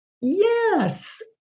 yes